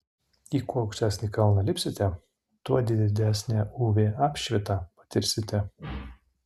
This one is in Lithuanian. į kuo aukštesnį kalną lipsite tuo didesnę uv apšvitą patirsite